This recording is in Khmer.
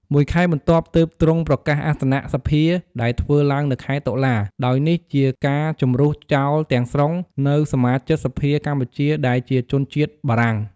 មួយខែបន្ទាប់ទើបទ្រង់ប្រកាសអសនៈសភា ដែលធ្វើឡើងនៅខែតុលា ដោយនេះជាការជម្រុះចោលទាំងស្រុង នូវសមាជិកសភាកម្ពុជាដែលជាជនជាតិបារាំង ។